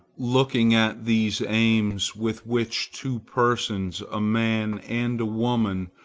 looking at these aims with which two persons, a man and a woman,